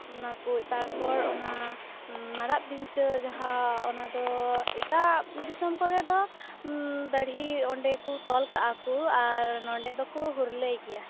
ᱚᱱᱟᱠᱚ ᱛᱟᱨᱯᱚᱮ ᱚᱱᱟ ᱢᱟᱨᱟᱜ ᱯᱤᱧᱪᱟᱹ ᱡᱟᱦᱟᱸ ᱚᱱᱟᱫᱚ ᱮᱴᱟᱜ ᱫᱤᱥᱚᱢ ᱠᱚᱨᱮᱫᱚ ᱫᱟᱹᱲᱦᱤ ᱚᱸᱰᱮᱠᱚ ᱛᱚᱞᱠᱟᱜᱼᱟ ᱠᱚ ᱟᱨ ᱱᱚᱸᱰᱮ ᱫᱚᱠᱚ ᱦᱩᱨᱞᱟᱹᱭᱟ ᱜᱮᱭᱟ